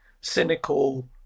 cynical